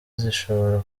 zishobora